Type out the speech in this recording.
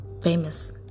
famous